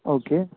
okay